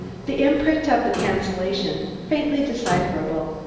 the imprint of the cancellation, faintly decipherable,